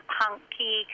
punky